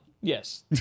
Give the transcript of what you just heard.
yes